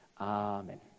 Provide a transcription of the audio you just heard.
Amen